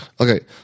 Okay